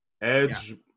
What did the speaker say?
Edge